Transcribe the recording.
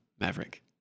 Maverick